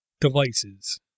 devices